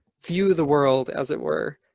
view the world as it were.